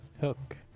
Hook